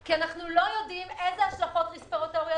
כי אנחנו לא יודעים אילו השלכות רספירטוריות יהיו,